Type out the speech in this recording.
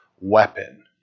weapon